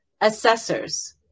assessors